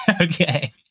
okay